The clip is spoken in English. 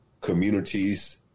communities